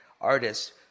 artists